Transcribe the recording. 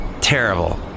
terrible